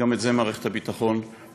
גם את זה מערכת הביטחון עושה,